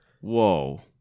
Whoa